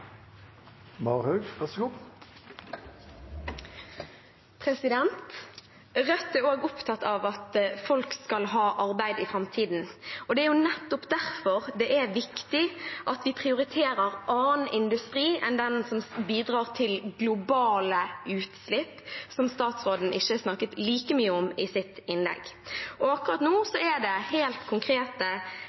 opptatt av at folk skal ha arbeid i framtiden. Det er nettopp derfor det er viktig at vi prioriterer annen industri enn den som bidrar til globale utslipp, som statsråden ikke snakket like mye om i sitt innlegg. Akkurat nå er det helt konkrete